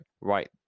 right